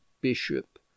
bishop